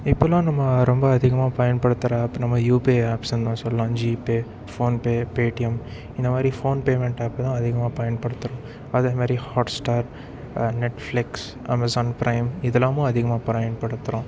இப்பெல்லாம் நம்ம ரொம்ப அதிகமாக பயன்படுத்துகிற ஆப் நம்ம யூபிஐ ஆப்ஸ்ஸுன்னு சொல்லலாம் ஜீபே ஃபோன்பே பேடிஎம் இந்த மாதிரி ஃபோன் பேமென்ட் ஆப் தான் அதிகமாக பயன்படுத்துகிறோம் அதே மாதிரி Hotstar Netflix Amazon Prime இதெல்லாமும் அதிகமாக பயன்படுத்துகிறோம்